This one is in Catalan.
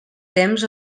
temps